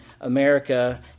America